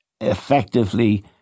effectively